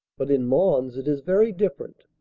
but in mons it is very different.